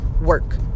work